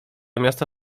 miasta